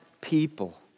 people